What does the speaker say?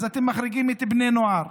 אז אתם מחריגים בני נוער.